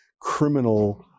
criminal